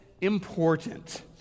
important